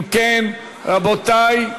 אם כן, רבותי,